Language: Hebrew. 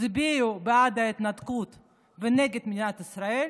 והצביעו בעד ההתנתקות ונגד מדינת ישראל